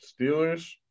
Steelers